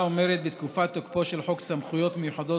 אומרת: "בתקופת תוקפו של חוק סמכויות מיוחדות